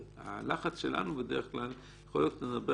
הלחץ שלנו בדרך כלל יכול להיות לגבי